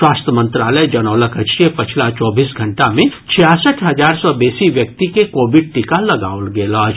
स्वास्थ्य मंत्रालय जनौलक अछि जे पछिला चौबीस घंटा मे छियासठि हजार सँ बेसी व्यक्ति के कोविड टीका लगाओल गेल अछि